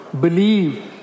believe